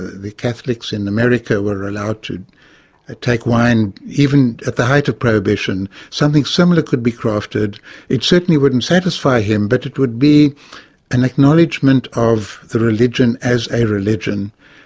the catholics in america were allowed to take wine, even at the height of prohibition something similar could be crafted it certainly wouldn't satisfy him but it would be an acknowledgment of the religion as a religion.